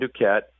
Duquette